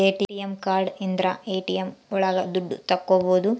ATM card ಇದ್ರ ATM ಒಳಗ ದುಡ್ಡು ತಕ್ಕೋಬೋದು